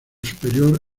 superior